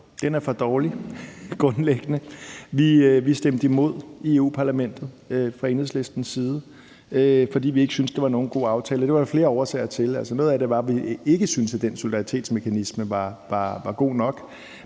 Den er for dårlig, grundlæggende. Vi stemte imod i Europa-Parlamentet fra Enhedslistens side, fordi vi ikke syntes, det var nogen god aftale, og det var der flere årsager til. Noget af det var, at vi ikke syntes, at den solidaritetsmekanisme var god nok,